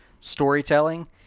storytelling